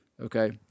Okay